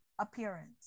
appearance